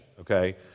okay